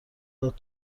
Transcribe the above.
داد